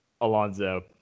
Alonzo